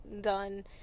done